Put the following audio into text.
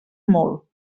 molt